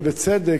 ובצדק,